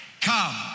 come